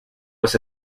was